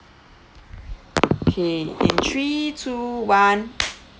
okay in three two one